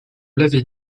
l’avez